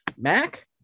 Mac